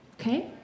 Okay